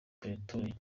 pretoria